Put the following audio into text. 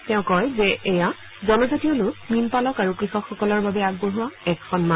তেওঁ কয় যে এয়া জনজাতীয় লোক মীন পালক আৰু কৃষকসকলৰ বাবে আগবঢ়োৱা এক সন্মান